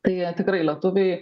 tai jie tikrai lietuviai